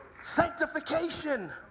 Sanctification